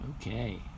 Okay